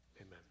amen